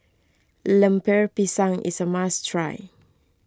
Lemper Pisang is a must try